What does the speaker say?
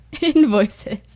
invoices